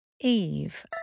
Eve